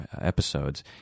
episodes